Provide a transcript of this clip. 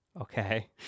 Okay